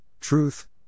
Truth